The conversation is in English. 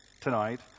tonight